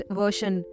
version